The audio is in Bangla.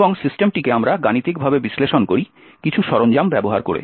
এবং সিস্টেমটিকে আমরা গাণিতিকভাবে বিশ্লেষণ করি কিছু সরঞ্জাম ব্যবহার করে